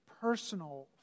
personal